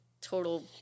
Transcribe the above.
total